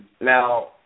Now